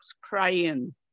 crying